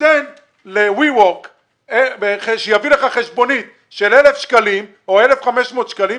ותיתן ל-ויווק שיביא לך חשבונית של 1,000 שקלים או 1,500 שקלים,